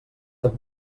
amb